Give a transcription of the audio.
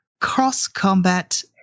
cross-combat